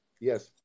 Yes